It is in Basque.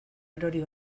erori